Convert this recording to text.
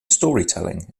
storytelling